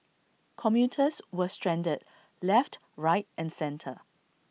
commuters were stranded left right and centre